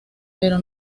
pero